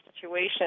situation